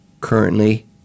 currently